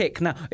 Now